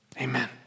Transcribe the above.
Amen